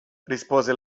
rispose